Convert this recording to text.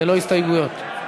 ללא הסתייגויות,